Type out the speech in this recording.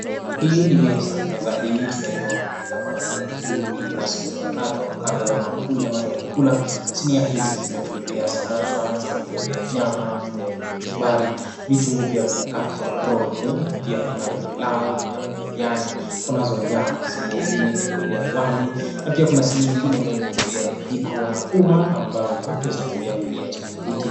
Hii ni meza, meza hii tuna𝑖ona imeweza kuandaliwa vizuri na sinia kadha wa kadha za ma𝑛kuli ama za vyakula. Sinia hizi zimekubebea samosa, zikakubebea nyama zimewekwa kachumbari, vitunguu pia zimekatwa rojo. Pia kunayo pilau, kunayo biriani kunazo nyama. Sinia ingine imekubebea wali na pia kuna sinia ingine ambayo imekubebea vijiko na uma ambazo zote zitatumika kulia chakula hiki.